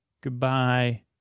goodbye